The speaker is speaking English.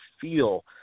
feel